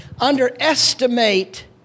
underestimate